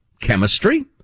Chemistry